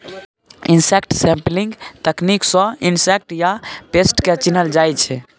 insect sampling तकनीक सँ insect या पेस्ट केँ चिन्हल जाइ छै